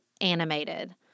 animated